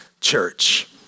church